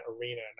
arena